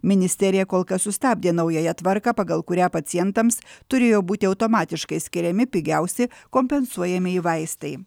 ministerija kol kas sustabdė naująją tvarką pagal kurią pacientams turėjo būti automatiškai skiriami pigiausi kompensuojamieji vaistai